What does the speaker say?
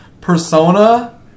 Persona